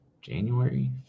January